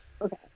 Okay